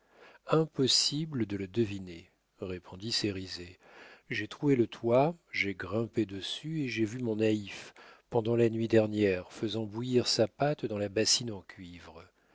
impossible de le deviner répondit cérizet j'ai troué le toit j'ai grimpé dessus et j'ai vu mon naïf pendant la nuit dernière faisant bouillir sa pâte dans la bassine en cuivre